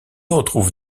retrouve